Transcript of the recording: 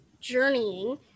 journeying